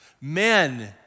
men